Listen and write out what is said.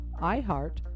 iHeart